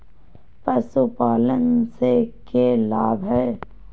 पशुपालन से के लाभ हय?